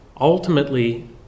Ultimately